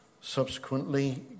subsequently